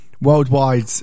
Worldwide